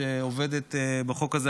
שעובדת בחוק הזה,